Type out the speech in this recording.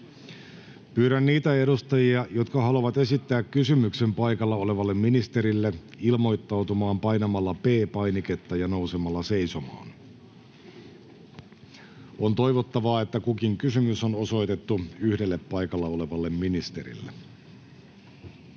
Pyydän niitä edustajia, jotka haluavat esittää kysymyksen paikalla olevalle ministerille, ilmoittautumaan painamalla P-painiketta ja nousemalla seisomaan. On toivottavaa, että kukin kysymys on osoitettu yhdelle paikalla olevalle ministerille.